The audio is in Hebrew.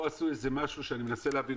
פה עשו משהו שאני מנסה להבין,